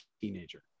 teenager